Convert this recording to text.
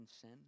sin